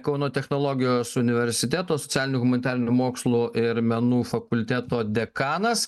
kauno technologijos universiteto socialinių humanitarinių mokslų ir menų fakulteto dekanas